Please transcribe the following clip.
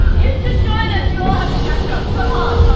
you should join us! you all have to catch ah come on.